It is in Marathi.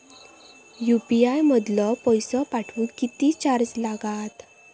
यू.पी.आय मधलो पैसो पाठवुक किती चार्ज लागात?